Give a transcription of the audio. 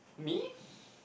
me